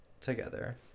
together